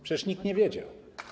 Przecież nikt nie wiedział.